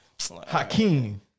Hakeem